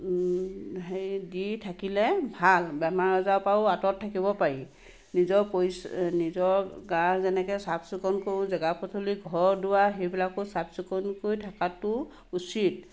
সেই দি থাকিলে ভাল বেমাৰ আজাৰ পৰাও আঁতৰত থাকিব পাৰি নিজৰ পৰি নিজৰ গা যেনেকৈ চাফ চিকুণ কৰোঁ জেগা পদূলি ঘৰ দুৱাৰ সেইবিলাকো চাফ চিকুণ কৰি থাকাতো উচিত